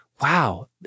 wow